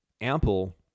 ample